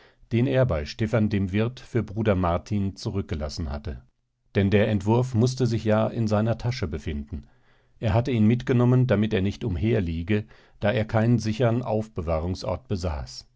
den er bei stephan dem wirt für bruder martin zurückgelassen hatte denn der entwurf mußte sich ja in seiner tasche befinden er hatte ihn mitgenommen damit er nicht umherliege da er keinen sichern aufbewahrungsort besaß